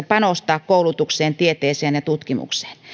panostaa koulutukseen tieteeseen ja tutkimukseen